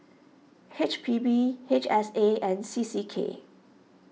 H P B H S A and C C K